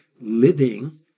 living